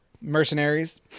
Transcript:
Mercenaries